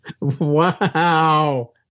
Wow